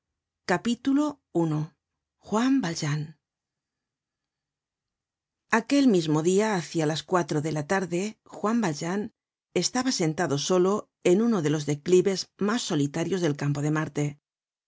at i juan valjean aquel mismo dia hácia las cuatro de la tarde juan valjean estaba sentado solo en uno de los declives mas solitarios del campo de marte